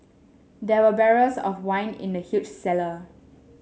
there were barrels of wine in the huge cellar